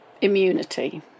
immunity